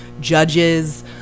Judges